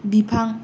बिफां